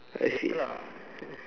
!aiya!